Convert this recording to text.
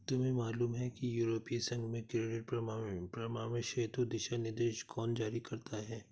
तुम्हें मालूम है कि यूरोपीय संघ में क्रेडिट परामर्श हेतु दिशानिर्देश कौन जारी करता है?